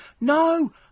no